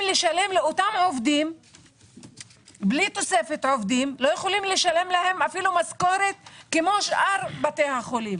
לשלם לאותם עובדים בלי תוספת עובדים אפילו משכורת כמו שאר בתי החולים.